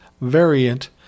variant